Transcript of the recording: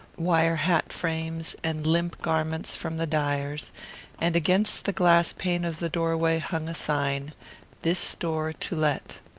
wire hat-frames, and limp garments from the dyer's and against the glass pane of the doorway hung a sign this store to let.